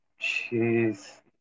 Jeez